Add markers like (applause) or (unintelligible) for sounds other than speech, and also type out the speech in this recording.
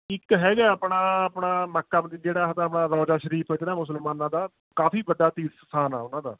ਇੱਕ ਹੈਗਾ ਆਪਣਾ ਆਪਣਾ ਮੱਕਾ (unintelligible) ਜਿਹੜਾ ਰਾਜਾ ਸ਼ਰੀਫ ਜਿਹੜਾ ਮੁਸਲਮਾਨਾਂ ਦਾ ਕਾਫ਼ੀ ਵੱਡਾ ਤੀਰਥ ਸਥਾਨ ਆ ਉਹਨਾਂ ਦਾ